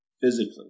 physically